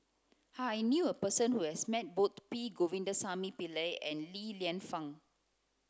I knew a person who has met both P Govindasamy Pillai and Li Lienfung